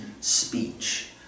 speech